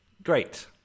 Great